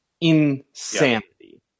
Insanity